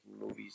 movies